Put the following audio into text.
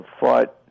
Fought